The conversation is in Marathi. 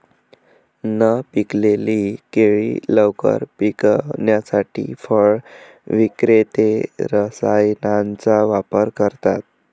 न पिकलेली केळी लवकर पिकवण्यासाठी फळ विक्रेते रसायनांचा वापर करतात